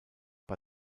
bei